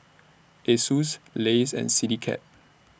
Asus Lays and Citycab